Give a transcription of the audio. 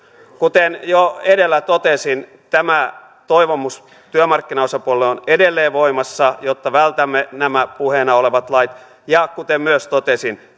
kuten jo edellä totesin tämä toivomus työmarkkinaosapuolille on edelleen voimassa jotta vältämme nämä puheena olevat lait ja kuten myös totesin